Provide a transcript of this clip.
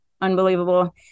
Unbelievable